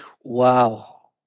wow